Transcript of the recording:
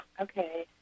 Okay